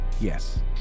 yes